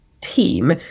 team